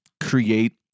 create